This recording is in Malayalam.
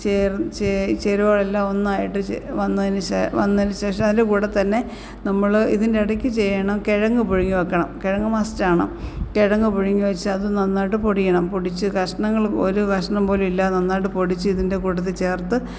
ചേരുവകളെല്ലാമൊന്നായിട്ട് വന്നതിനു വന്നതിനുശേഷം അതിൻ്റെ കൂടെത്തന്നെ നമ്മള് ഇതിൻ്റെടയ്ക്ക് ചെയ്യണം കിഴങ്ങ് പുഴുങ്ങിവയ്ക്കണം കിഴങ്ങ് മസ്റ്റാണ് കിഴങ്ങ് പുഴുങ്ങിവച്ച് അത് നന്നായിട്ട് പൊടിയണം പൊടിച്ച് കഷ്ണങ്ങള് ഒരു കഷ്ണം പോലുമില്ലാതെ നന്നായിട്ട് പൊടിച്ച് ഇതിൻ്റെ കൂട്ടത്തില് ചേർത്ത്